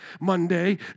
Monday